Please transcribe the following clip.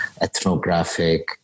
ethnographic